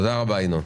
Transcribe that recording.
תודה רבה, ינון.